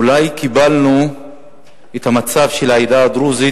אולי קיבלנו את המצב הכי טוב של העדה הדרוזית